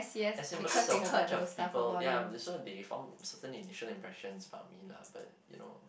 as in because the whole bunch of people yeah they're so they form certain initial impressions about me lah but you know